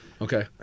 Okay